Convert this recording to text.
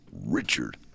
Richard